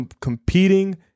competing